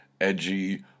edgy